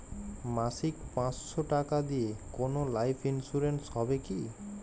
মাসিক পাঁচশো টাকা দিয়ে কোনো লাইফ ইন্সুরেন্স হবে কি?